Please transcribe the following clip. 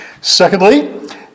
Secondly